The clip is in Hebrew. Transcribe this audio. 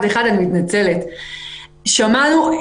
שמענו,